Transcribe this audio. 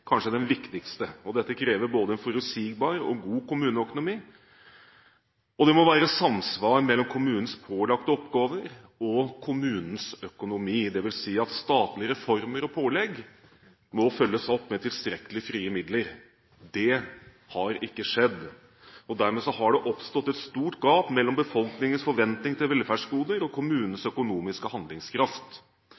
kanskje den viktigste. Dette krever både forutsigbar og god kommuneøkonomi, og det må være samsvar mellom kommunens pålagte oppgaver og kommunens økonomi. Det vil si at statlige reformer og pålegg må følges opp med tilstrekkelig frie midler. Det har ikke skjedd. Dermed har det oppstått et stort gap mellom befolkningens forventning til velferdsgoder og